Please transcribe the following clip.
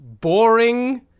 boring